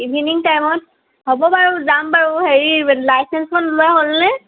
evening টাইমত হ'ব বাৰু যাম বাৰু হেৰি লাইচেঞ্চখন ওলোৱা হ'লনে